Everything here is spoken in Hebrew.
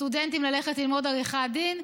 סטודנטים ללכת ללמוד עריכת דין.